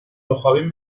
بخوابیم